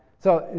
so,